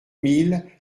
mille